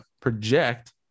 project